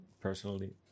personally